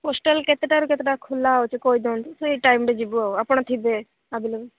postal କେତେଟାରୁ କେତେଟା ଖୋଲା ହେଉଛି କହିଦିଅନ୍ତୁ ସେଇ ଟାଇମ୍ରେ ଯିବୁ ଆଉ ଆପଣ ଥିବେ ଆଭେଲେବୁଲ୍